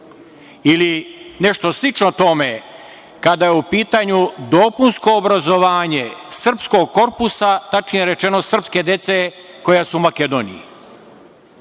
ili nešto slično tome, kada je u pitanju dopunsko obrazovanje, srpskog korpusa, tačnije rečeno srpske dece koja su u Makedoniji?